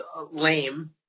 lame